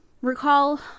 Recall